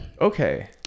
Okay